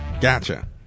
Gotcha